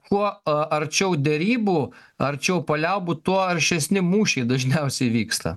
kuo arčiau derybų arčiau paliaubų tuo aršesni mūšiai dažniausiai vyksta